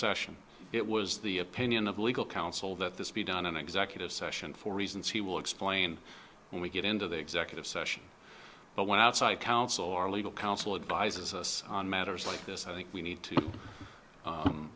concession it was the opinion of legal counsel that this be done in executive session for reasons he will explain when we get into the executive session but when outside counsel or legal counsel advises us on matters like this i think we need to